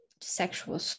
sexual